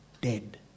dead